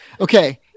Okay